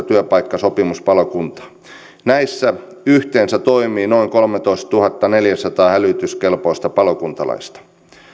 työpaikkasopimuspalokuntaa näissä yhteensä toimii noin kolmetoistatuhattaneljäsataa hälytyskelpoista palokuntalaista